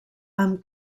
amb